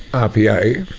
rpa,